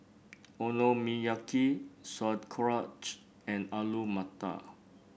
Okonomiyaki Sauerkraut and Alu Matar